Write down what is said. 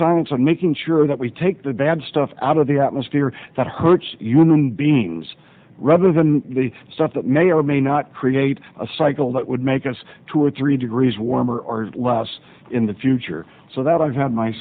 science on making sure that we take the bad stuff out of the atmosphere that hurts human beings rather than the stuff that may or may not create a cycle that would make us two or three degrees warmer or less in the future so that i've had my